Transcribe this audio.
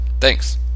Thanks